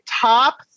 top